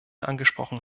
angesprochen